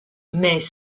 mais